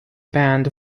band